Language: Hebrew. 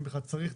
אם בכלל תקנות.